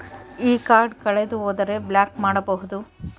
ಈ ಕಾರ್ಡ್ ಕಳೆದು ಹೋದರೆ ಬ್ಲಾಕ್ ಮಾಡಬಹುದು?